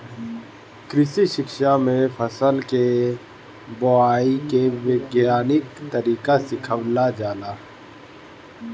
कृषि शिक्षा में फसल के बोआई के वैज्ञानिक तरीका सिखावल जाला